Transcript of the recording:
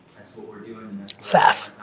that's what we're doing saas.